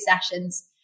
sessions